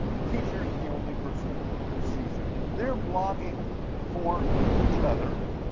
the teacher's the only person who sees it. they're blogging for each other,